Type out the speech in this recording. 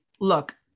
look